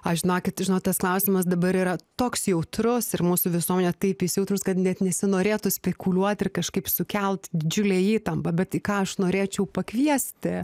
aš žinokit žinot tas klausimas dabar yra toks jautrus ir mūsų visuomenė taip įsijautrinus kad net nesinorėtų spekuliuoti ir kažkaip sukelt didžiulę įtampą bet į ką aš norėčiau pakviesti